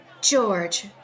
george